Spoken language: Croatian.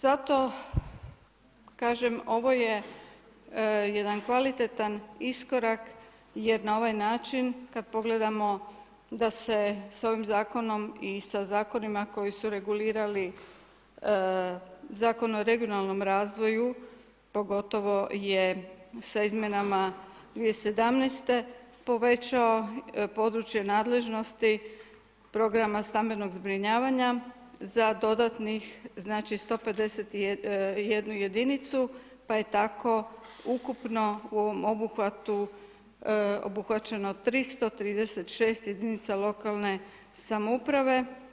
Zato kažem, ovo je jedan kvalitetan iskorak jer na ovaj način, kada pogledamo da se s ovim zakonom i sa zakonima koje su reguliralo Zakon o regionalnom razvoju pogotovo je sa izmjenama 2017. povećao područje nadležnosti programa stambenog zbrinjavanja za dodatnih 151 jedinicu, pa je tako ukupno u ovom obuhvatu obuhvaćeno 336 jedinice lokalne samouprave.